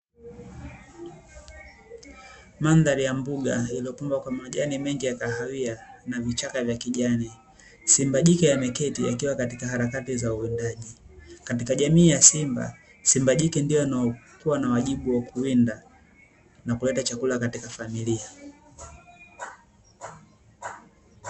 Mandhari ya mbuga iliyopambwa kwa majani mengi ya kahawia na vichaka vya kijani. Simba jike ameketi akiwa katika harakati za uwindaji. Katika jamii ya simba, simba jike ndiye anaekuwa na wajibu wa kuwinda na kuleta chakula katika familia.